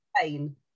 pain